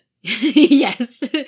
Yes